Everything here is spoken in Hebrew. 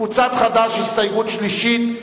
קבוצת חד"ש, הסתייגות שלישית.